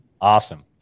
Awesome